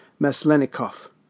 Maslenikov